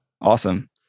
Awesome